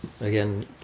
Again